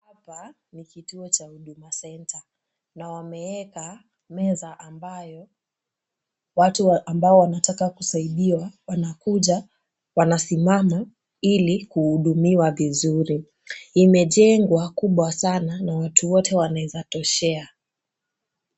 Hapa ni kituo cha Huduma Centre na wameeka meza ambayo watu ambao wanataka kusaidiwa wanakuja wanasimama ili kuhudumiwa vizuri. Imejengwa kubwa sana na watu wote wanaweza toshea.